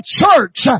church